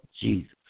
Jesus